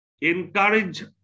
encourage